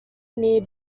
near